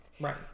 Right